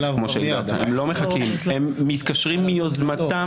הם מתקשרים מיוזמתם.